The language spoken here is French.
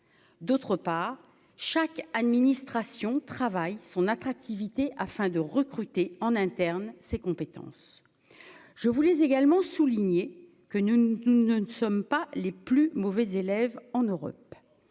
d'autre part, chaque administration travaille son attractivité afin de recruter en interne ses compétences, je voulais également souligner que nous ne nous ne sommes pas les plus mauvais élèves en Europe,